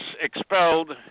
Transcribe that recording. expelled